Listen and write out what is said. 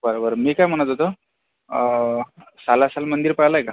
बरं बरं मी काय म्हणत होतो सालाशाल मंदिर पाहिलं आहे का